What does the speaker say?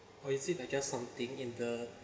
or is it like just something in the